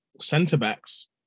centre-backs